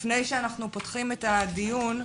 לפני שאנחנו פותחים את הדיון,